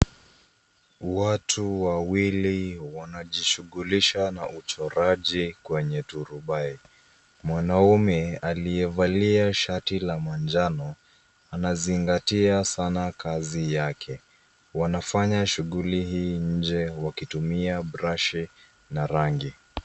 Watu wawili wanajishugulisha na uchoraji kwenye turubai. Mwanaume aliyevalia shati la manjano anazingatia sana kazi yake. Wanafanya shughuli hii nje wakitumia brashi na rangi.